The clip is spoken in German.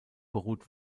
beruht